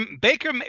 baker